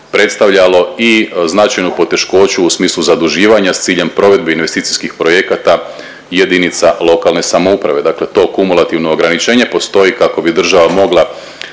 predstavljalo i značajnu poteškoću u smislu zaduživanja s ciljem provedbi investicijskih projekata JLS, dakle to kumulativno ograničenje postoji kako bi država mogla